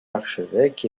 archevêques